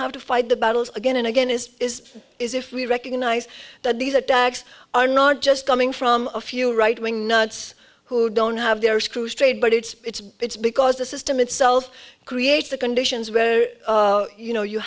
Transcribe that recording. have to fight the battles again and again is is is if we recognize that these attacks are not just coming from a few right wing nuts who don't have their screw straight but it's it's because the system itself creates the conditions where you know you